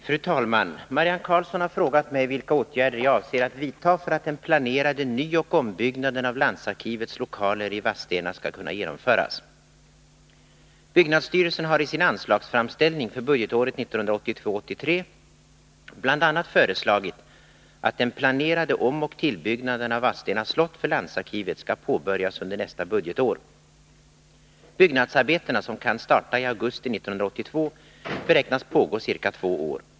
Fru talman! Marianne Karlsson har frågat mig vilka åtgärder jag avser att vidta för att den planerade nyoch ombyggnaden av landsarkivets lokaler i Vadstena skall kunna genomföras. Byggnadsstyrelsen har i sin anslagsframställning för budgetåret 1982/83 bl.a. föreslagit att den planerade omoch tillbyggnaden av Vadstena slott för landsarkivet skall påbörjas under nästa budgetår. Byggnadsarbetena, som kan starta i augusti 1982, beräknas pågå ca två år.